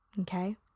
Okay